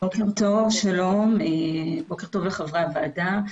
בוקר טוב לחברי הוועדה,